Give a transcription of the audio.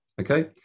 Okay